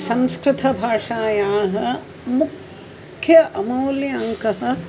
संस्कृतभाषायाः मुख्यः अमूल्यः अङ्गः